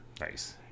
Nice